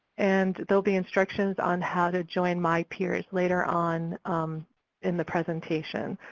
and there'll be instructions on how to join mypeers later on in the presentation.